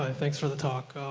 ah thanks for the talk.